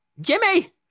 Jimmy